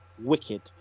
wicked